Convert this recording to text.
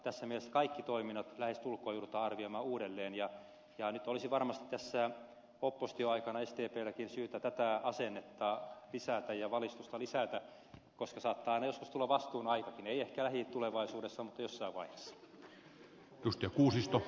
tässä mielessä kaikki toiminnot lähestulkoon joudutaan arvioimaan uudelleen ja nyt olisi varmasti tässä oppositioaikana sdplläkin syytä tätä asennetta lisätä ja valistusta lisätä koska saattaa aina joskus tulla vastuun aikakin ei ehkä lähitulevaisuudessa mutta jossain vaiheessa